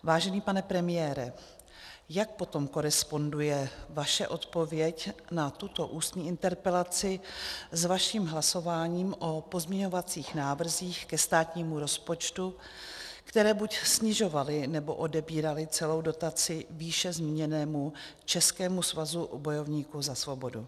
Vážený pane premiére, jak potom koresponduje vaše odpověď na tuto ústní interpelaci s vaším hlasováním o pozměňovacích návrzích ke státnímu rozpočtu, které buď snižovaly, nebo odebíraly celou dotaci výše zmíněnému Českému svazu bojovníků za svobodu?